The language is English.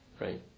right